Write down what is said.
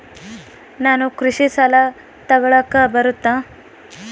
ನಾನು ಕೃಷಿ ಸಾಲ ತಗಳಕ ಬರುತ್ತಾ?